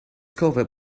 covered